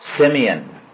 Simeon